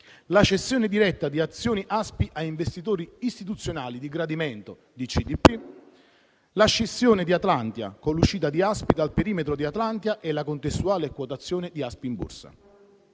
la cessione diretta di azioni ASPI a investitori istituzionali di gradimento di CDP; la scissione di Atlantia con l'uscita di ASPI dal perimetro di Atlantia e la contestuale quotazione di ASPI in Borsa.